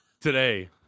today